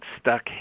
stuck